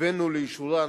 הבאנו לאישורן